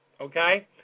Okay